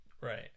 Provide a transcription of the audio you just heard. Right